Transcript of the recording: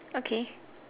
okay